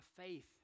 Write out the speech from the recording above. faith